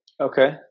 okay